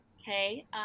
Okay